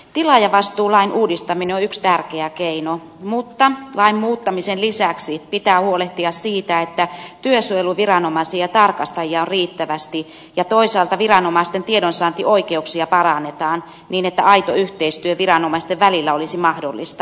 tilaajavastuulain uudistaminen on yksi tärkeä keino mutta lain muuttamisen lisäksi pitää huolehtia siitä että työsuojeluviranomaisia ja tarkastajia on riittävästi ja toisaalta viranomaisten tiedonsaantioikeuksia parannetaan niin että aito yhteistyö viranomaisten välillä olisi mahdollista